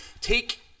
take